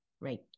right